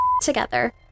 together